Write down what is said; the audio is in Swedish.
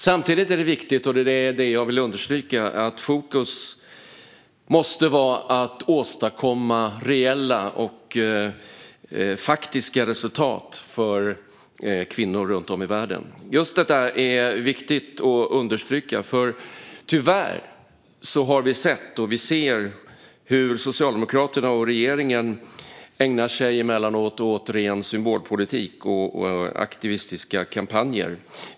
Samtidigt är det viktigt - och det är detta jag vill understryka - att fokus måste vara att åstadkomma reella och faktiska resultat för kvinnor runt om i världen. Just detta är viktigt att understryka, för tyvärr har vi sett - och vi ser - hur Socialdemokraterna och regeringen emellanåt ägnar sig åt ren symbolpolitik och aktivistiska kampanjer.